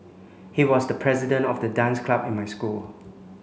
he was the president of the dance club in my school